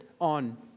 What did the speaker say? on